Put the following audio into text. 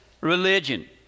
religion